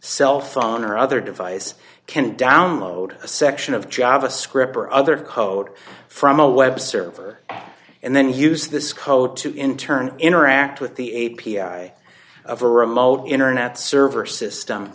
cellphone or other device can download a section of javascript or other code from a web server and then use this code to in turn interact with the a p i of a remote internet server system